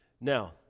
Now